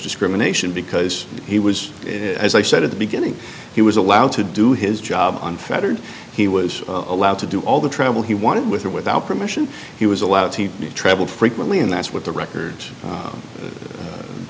discrimination because he was as i said at the beginning he was allowed to do his job unfettered he was allowed to do all the travel he wanted with or without permission he was allowed to travel frequently and that's what the record